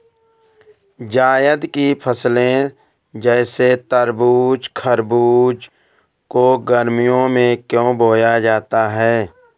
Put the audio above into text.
जायद की फसले जैसे तरबूज़ खरबूज को गर्मियों में क्यो बोया जाता है?